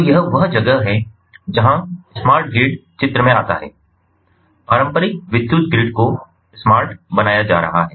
तो यह वह जगह है जहां स्मार्ट ग्रिड चित्र में आता है पारंपरिक विद्युत ग्रिड को स्मार्ट बनाया जा रहा है